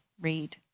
read